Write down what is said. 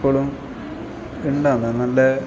എപ്പോഴും ഉണ്ടാവുന്നു അതു നല്ല